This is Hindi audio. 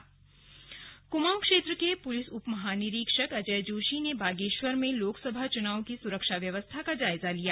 स्लग जायजा बागेश्वर कुमाऊं क्षेत्र के पुलिस उप महानिरीक्षक अजय जोशी ने बागेश्वर में लोकसभा चुनाव की सुरक्षा व्यवस्था का जायजा लिया